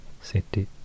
city